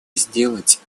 сделать